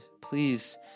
Please